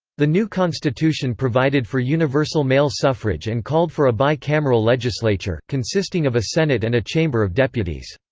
the new constitution provided for universal male suffrage and called for a bi-cameral legislature, consisting of a senate and a chamber of deputies.